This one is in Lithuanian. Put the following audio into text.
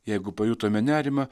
jeigu pajutome nerimą